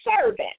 servant